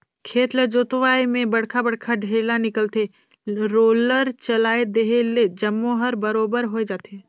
खेत ल जोतवाए में बड़खा बड़खा ढ़ेला निकलथे, रोलर चलाए देहे ले जम्मो हर बरोबर होय जाथे